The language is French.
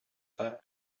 faire